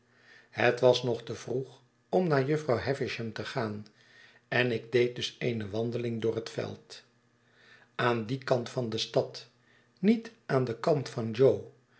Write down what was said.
het was nog te vroeg om naar jufvrouw havisham te gaan en ik deed du s eene wandeling door het veld aan dien kant van de stad niet aan den kant van jo